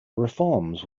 reforms